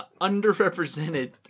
Underrepresented